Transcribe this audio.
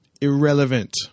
Irrelevant